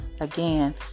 Again